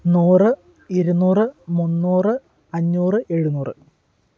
നൂറ് ഇരുനൂറ് മുന്നൂറ് അഞ്ഞൂറ് എഴുന്നൂറ്